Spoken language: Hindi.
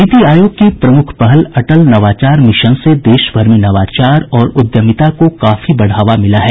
नीति आयोग की प्रमुख पहल अटल नवाचार मिशन से देशभर में नवाचार और उद्यमिता को काफी बढ़ावा मिला है